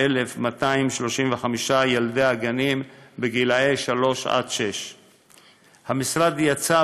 כ-86,235 ילדי הגנים גילאי 3 6. המשרד יצא